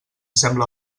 sembla